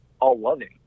all-loving